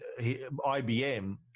IBM